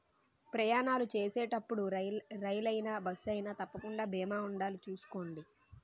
ప్రయాణాలు చేసేటప్పుడు రైలయినా, బస్సయినా తప్పకుండా బీమా ఉండాలి చూసుకోండి